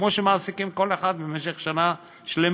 כמו שמעסיקים כל אחד במשך שנה שלמה.